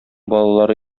балалары